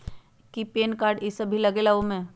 कि PAN card इ सब भी लगेगा वो में?